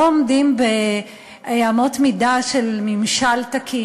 לא עומדים באמות מידה של ממשל תקין.